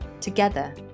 Together